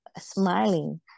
smiling